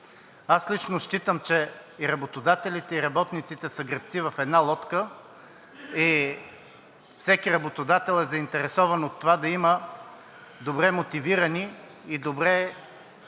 Аз лично считам, че и работодателите, и работниците са гребци в една лодка и всеки работодател е заинтересован от това да има добре мотивирани работници,